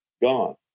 gone